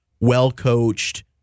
well-coached